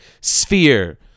sphere